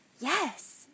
yes